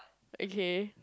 okay